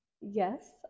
Yes